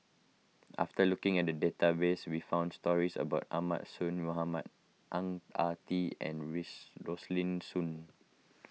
after looking at the database we found stories about Ahmad Mohamad Ang Ah Tee and Rosaline Soon